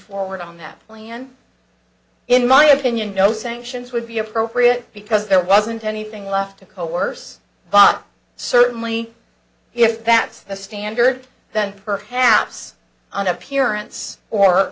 forward on that plan in my opinion no sanctions would be appropriate because there wasn't anything left to coerce bought certainly if that's the standard then perhaps an appearance or